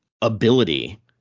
ability